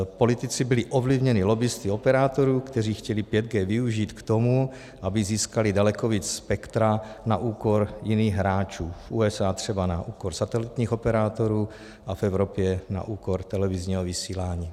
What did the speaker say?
Politici byli ovlivněni lobbisty operátorů, kteří chtěli 5G využít k tomu, aby získali daleko víc spektra na úkor jiných hráčů, v USA třeba na úkor satelitních operátorů a v Evropě na úkor televizního vysílání.